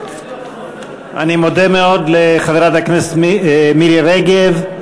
אני מודה מאוד לחברת הכנסת מירי רגב,